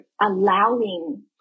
allowing